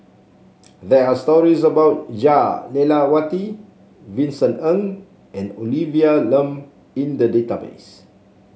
there are stories about Jah Lelawati Vincent Ng and Olivia Lum in the database